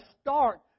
start